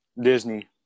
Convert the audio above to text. Disney